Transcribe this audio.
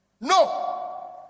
no